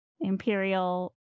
Imperial